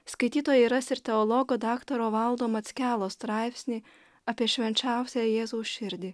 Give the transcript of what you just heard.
skaitytojai ras ir teologo daktaro valdo mackelos straipsnį apie švenčiausiąją jėzaus širdį